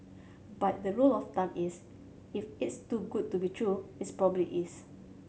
but the rule of thumb is if it's too good to be true its probably is